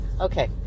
Okay